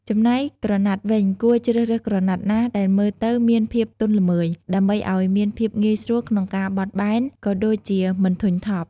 ចំណែកក្រណាត់វិញគួរជ្រើសរើសក្រណាត់ណាដែលមើលទៅមានភាពទន់ល្មើយ ដើម្បីឲ្យមានភាពងាយស្រួលក្នុងការបត់បែន ក៏ដូចជាមិនធុញថប់។